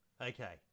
Okay